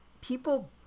people